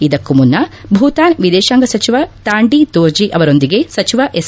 ಇದಕ್ಕೂ ಮುನ್ನ ಭೂತಾನ್ ವಿದೇಶಾಂಗ ಸಚಿವ ತಾಂಡಿ ದೋರ್ಜಿ ಅವರೊಂದಿಗೆ ಸಚಿವ ಎಸ್